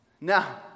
Now